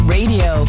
Radio